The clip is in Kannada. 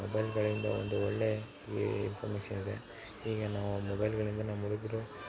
ಮೊಬೈಲುಗಳಿಂದ ಒಂದು ಒಳ್ಳೆಯ ಈ ಇಂಫಾಮೇಶನ್ ಇದೆ ಈಗ ನಾವು ಮೊಬೈಲುಗಳಿಂದ ನಮ್ಮ ಹುಡುಗರು